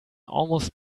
almost